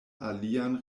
alian